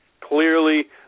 Clearly